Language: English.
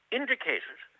indicated